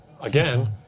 again